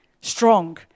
strong